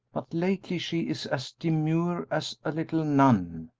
but lately she is as demure as a little nun!